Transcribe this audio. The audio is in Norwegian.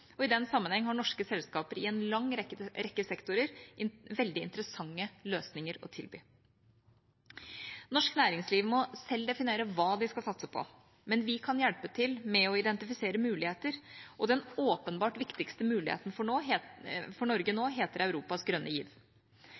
og i den sammenheng har norske selskaper i en lang rekke sektorer veldig interessante løsninger å tilby. Norsk næringsliv må selv definere hva de skal satse på. Men vi kan hjelpe til med å identifisere muligheter, og den åpenbart viktigste muligheten for Norge nå heter Europas grønne giv.